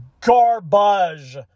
garbage